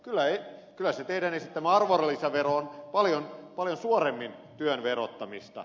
kyllä se teidän esittämänne arvonlisävero on paljon suoremmin työn verottamista